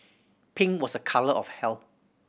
pink was a colour of health